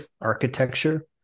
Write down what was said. architecture